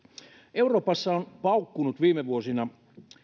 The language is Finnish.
euroopassa on paukkunut viime vuosina